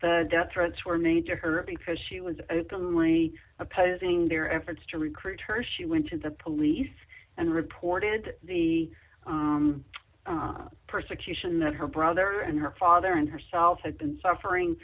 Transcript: the death threats were made to her because she was openly opposing their efforts to recruit her she went to the police and reported the persecution that her brother and her father and herself had been suffering